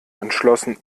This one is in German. entschlossen